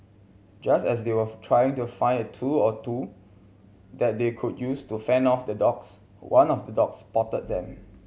just as they were trying to find a tool or two that they could use to fend off the dogs one of the dogs spotted them